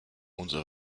unser